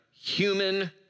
human